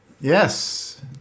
Yes